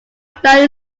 planet